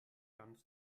ganz